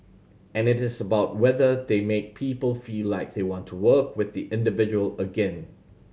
and it is about whether they make people feel like they want to work with the individual again